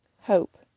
Hope